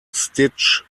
stitch